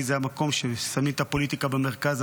כי זה המקום ששמים את הפוליטיקה במרכז,